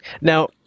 Now